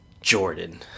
Jordan